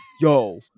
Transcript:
yo